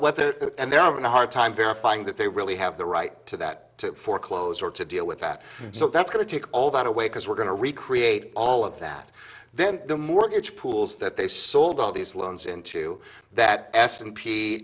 there and there are no hard time verifying that they really have the right to that to foreclose or to deal with that so that's going to take all that away because we're going to recreate all of that then the mortgage pools that they sold all these loans into that s and p